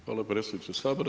Hvala predsjedniče Sabora.